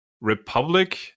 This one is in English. Republic